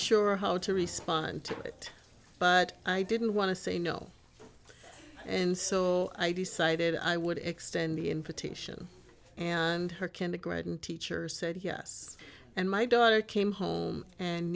sure how to respond to it but i didn't want to say no and so i decided i would extend the invitation and her kindergarten teacher said here us and my daughter came home and